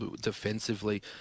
defensively